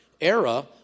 era